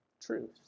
truth